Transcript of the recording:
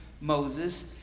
Moses